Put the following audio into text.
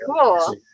cool